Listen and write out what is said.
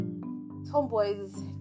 tomboys